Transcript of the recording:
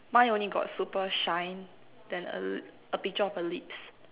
mine only got super shine then err a picture of a lips